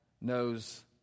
knows